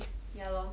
ya lor